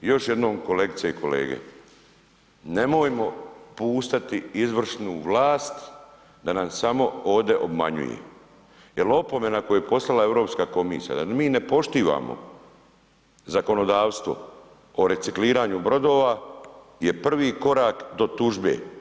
Još jednom kolegice i kolege, nemojmo puštati izvršnu vlasti da nam samo ovdje obmanjuje jel opomena koju je poslala Europska komisija da mi ne poštivamo zakonodavstvo o recikliranju brodova je prvi korak do tužbe.